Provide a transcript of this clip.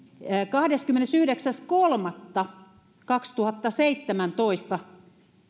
kahdeskymmenesyhdeksäs kolmatta kaksituhattaseitsemäntoista